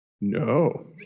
No